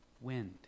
wind